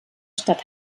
stadt